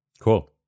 Cool